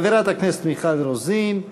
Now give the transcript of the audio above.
חברת הכנסת מיכל רוזין,